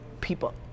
people